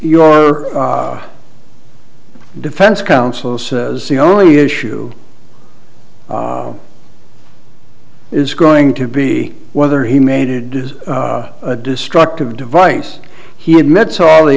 your defense counsel says the only issue is going to be whether he made it a destructive device he admits all the